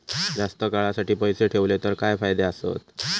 जास्त काळासाठी पैसे ठेवले तर काय फायदे आसत?